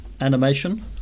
animation